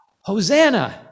Hosanna